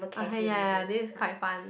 (uh huh) ya ya ya then it's quite fun